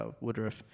Woodruff